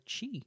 chi